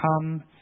come